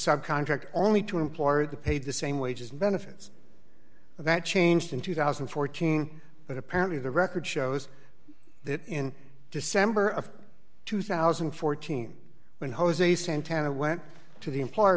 subcontract only to employ the paid the same wages and benefits that changed in two thousand and fourteen but apparently the record shows that in december of two thousand and fourteen when jose santana went to the employer